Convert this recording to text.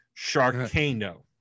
Sharkano